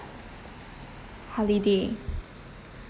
holiday